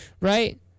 Right